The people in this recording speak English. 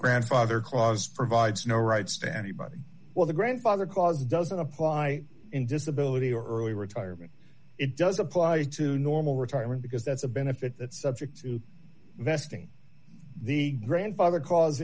grandfather clause provides no rights to anybody well the grandfather clause doesn't apply in disability or early retirement it does apply to normal retirement because that's a benefit that subject vesting the grandfather cause